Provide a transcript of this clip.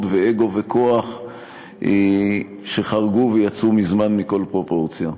ואגו וכוח שחרגו ויצאו מזמן מכל פרופורציה.